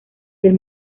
del